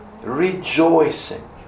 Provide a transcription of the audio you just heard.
rejoicing